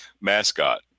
mascot